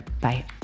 Bye